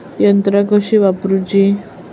यंत्रा कशी वापरूची?